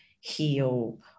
heal